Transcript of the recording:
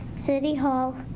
city hall,